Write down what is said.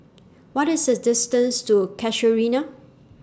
What IS The distance to Casuarina